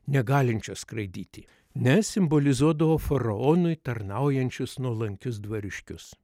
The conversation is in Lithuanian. negalinčios skraidyti nes simbolizuodavo faraonui tarnaujančius nuolankius dvariškius